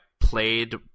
played